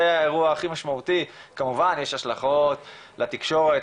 כמובן יש השלכות לתקשורת,